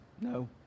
No